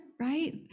right